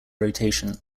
rotation